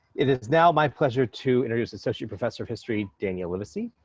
it is now my pleasure to introduce associate professor of history, daniel livesay.